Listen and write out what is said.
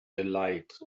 delight